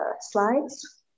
slides